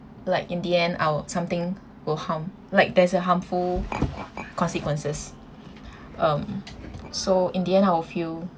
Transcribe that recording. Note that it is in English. like in the end I'll something will harm like there's a harmful consequences um so in the end I will feel